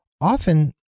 Often